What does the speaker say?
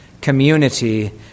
community